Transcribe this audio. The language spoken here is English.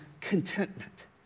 contentment